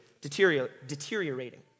deteriorating